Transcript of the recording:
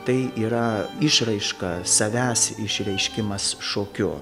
tai yra išraiška savęs išreiškimas šokiu